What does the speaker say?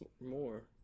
more